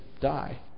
die